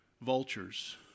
Vultures